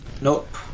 Nope